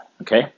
Okay